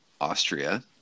Austria